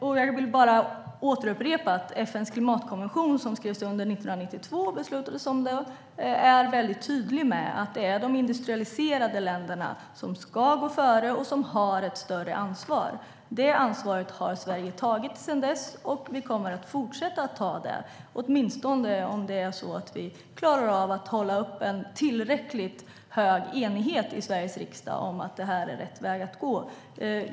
FN:s klimatkonvention, som man beslutade om 1992, är väldigt tydlig med att det är de industrialiserade länderna som ska gå före och som har ett större ansvar. Det ansvaret har Sverige tagit sedan dess, och vi kommer att fortsätta ta det, åtminstone om vi klarar att hålla en tillräckligt stor enighet i Sveriges riksdag om att detta är rätt väg att gå.